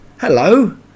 Hello